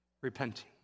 repenting